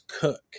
Cook